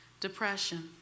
depression